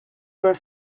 were